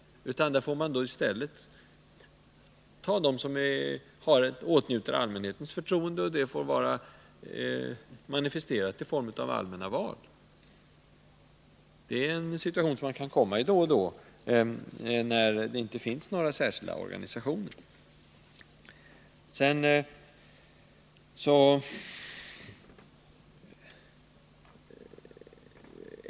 I stället får man ta dem som åtnjuter allmänhetens förtroende, vilket kan vara manifesterat i form av allmänna val. Det är en situation man då och då kan komma i när det inte finns några tillräckligt starka organisationer inom ett område.